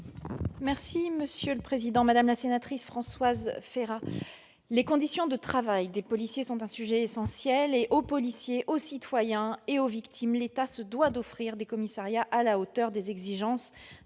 secrétaire d'État. Madame la sénatrice, les conditions de travail des policiers sont un sujet essentiel. Aux policiers, aux citoyens et aux victimes, l'État se doit d'offrir des commissariats à la hauteur des exigences